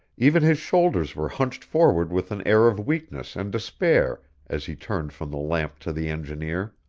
even his shoulders were hunched forward with an air of weakness and despair as he turned from the lamp to the engineer.